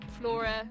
Flora